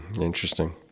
Interesting